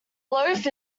loaf